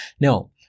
now